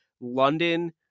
London